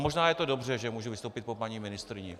A možná je to dobře, že můžu vystoupit po paní ministryni.